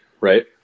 right